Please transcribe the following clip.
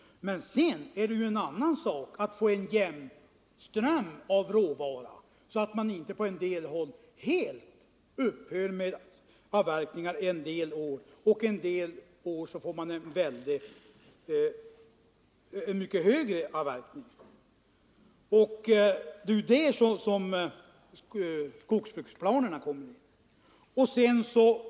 Sedan är det en annan sak att få en jämn ström av råvara så att man inte på en del håll helt upphör med avverkningarna vissa år och andra år har en mycket stor avverkning. Det är här skogsbruksplanerna kommer in.